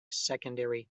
secondary